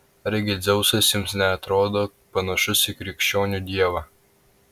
argi dzeusas jums neatrodo panašus į krikščionių dievą